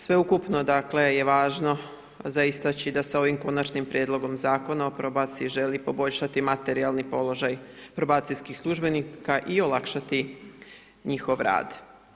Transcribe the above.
Sveukupno dakle je važno za istaći da se ovim konačnim prijedlogom zakona o probaciji želi poboljšati materijalni položaj probacijskih službenika i olakšati njihov rad.